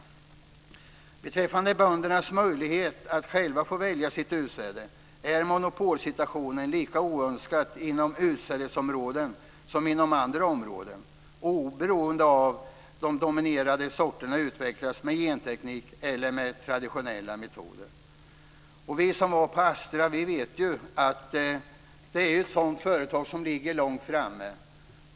Beträffande böndernas möjlighet att själva få välja sitt utsäde är monopolsituationer lika oönskade inom utsädesområdet som inom andra områden, oberoende av om de dominerande sorterna utvecklas med genteknik eller med traditionella metoder. Vi som besökte Astra vet ju att det företaget ligger långt framme.